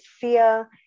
fear